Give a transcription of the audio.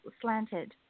slanted